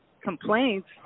complaints